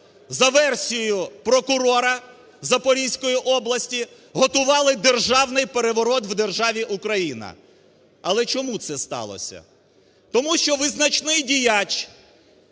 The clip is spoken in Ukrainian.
за версією прокурора Запорізької області, готували державний переворот в державі Україна. Але чому це сталося? Тому що "визначний" діяч,